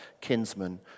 kinsman